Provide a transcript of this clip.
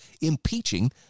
impeaching